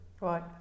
Right